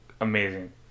amazing